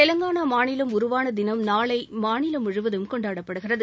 தெலுங்கானா மாநிலம் உருவான தினம் நாளை மாநிலம் முழுவதும் கொண்டாடப்படுகிறது